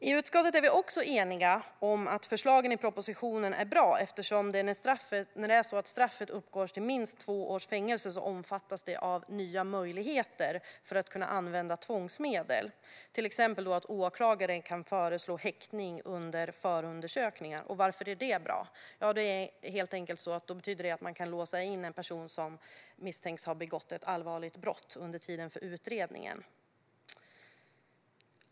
I utskottet är vi också eniga om att förslagen i propositionen är bra, för när straffen uppgår till minst två års fängelse omfattas detta av nya möjligheter att använda tvångsmedel. Exempelvis kan åklagare föreslå häktning under förundersökningar. Varför är detta bra? Jo, det betyder helt enkelt att man kan låsa in en person som misstänks ha begått ett allvarligt brott under tiden för utredningen.